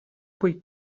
poi